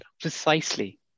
precisely